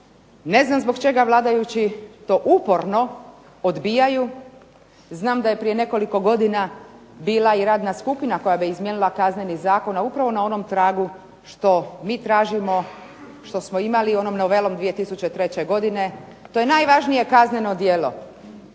ne znam zbog čega vladajući to uporno odbijaju, znam da je prije nekoliko godina bila i radna skupina koja bi izmijenila Kazneni zakon, a upravo na onom tragu što mi tražimo, što smo imali onom novelom 2003. godine, to je najvažnije kazneno djelo,